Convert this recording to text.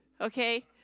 Okay